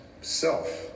Self